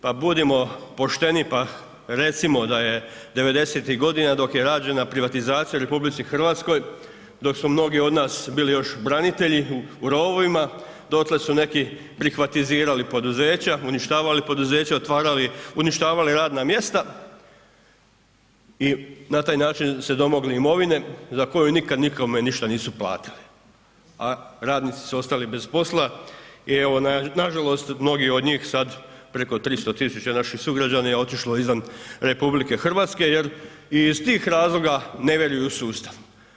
Pa budimo pošteni pa recimo da je 90-ih godina dok je rađena privatizacija u RH, dok su mnogi od nas bili još branitelji u rovovima, dotle su neki privatizirali poduzeća, uništavali poduzeća, otvarali, uništavali radna mjesta i na taj način se domogli imovine za koju nikad nikome ništa nisu platili, a radnici su ostali bez posla i evo nažalost, mnogi od njih sada, preko 300 tisuća naših sugrađana je otišlo izvan RH jer i iz tih razloga ne vjeruju u sustav.